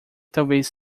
talvez